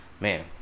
Man